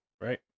Right